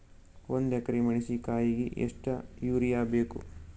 ಒಂದ್ ಎಕರಿ ಮೆಣಸಿಕಾಯಿಗಿ ಎಷ್ಟ ಯೂರಿಯಬೇಕು?